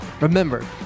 Remember